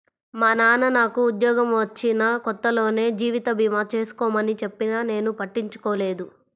మా నాన్న నాకు ఉద్యోగం వచ్చిన కొత్తలోనే జీవిత భీమా చేసుకోమని చెప్పినా నేను పట్టించుకోలేదు